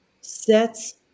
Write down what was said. sets